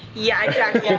yeah, exactly.